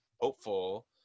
hopeful